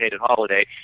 holiday